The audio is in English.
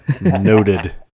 Noted